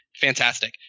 fantastic